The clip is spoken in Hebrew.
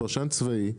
פרשן צבאי,